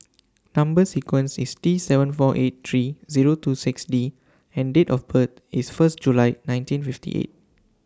Number sequence IS T seven four eight three Zero two six D and Date of birth IS First July nineteen fifty eight